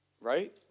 right